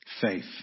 Faith